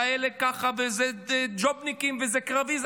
זה ג'ובניקים וזה קרבי,